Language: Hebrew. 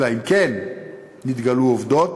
אלא אם כן נתגלו עובדות